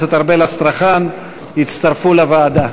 כהן, אופיר אקוניס וסתיו שפיר, לגשת לקלפי, לבדוק